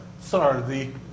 sorry